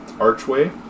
archway